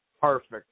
perfect